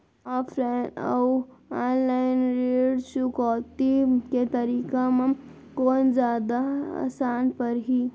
Offline अऊ online ऋण चुकौती के तरीका म कोन जादा आसान परही?